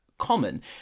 common